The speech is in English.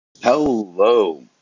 Hello